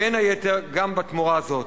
בין היתר גם לתמורה הזאת.